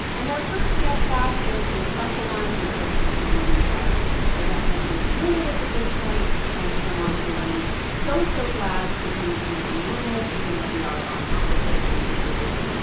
and our first guest back is a special one because he's someone you guys are definitely familiar with at this point and someone who i'm so, so glad to be in the same room with, even if we are on opposite ends of the room.